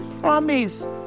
promise